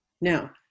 Now